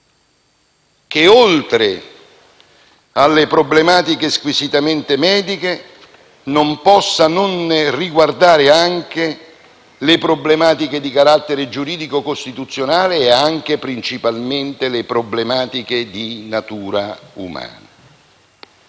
che, oltre alle problematiche squisitamente mediche, non possa non riguardare anche le problematiche di carattere giuridico costituzionale e anche, principalmente, le problematiche di natura umana.